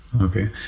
Okay